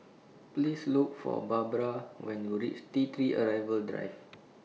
Please Look For Barbra when YOU REACH T three Arrival Drive